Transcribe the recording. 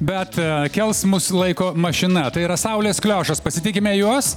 bet kels mus laiko mašina tai yra saulės kliošas pasitikime juos